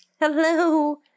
Hello